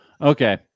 Okay